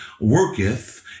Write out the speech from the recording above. worketh